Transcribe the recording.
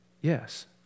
Yes